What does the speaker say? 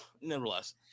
Nevertheless